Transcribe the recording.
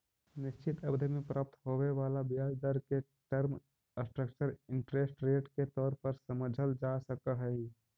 निश्चित अवधि में प्राप्त होवे वाला ब्याज दर के टर्म स्ट्रक्चर इंटरेस्ट रेट के तौर पर समझल जा सकऽ हई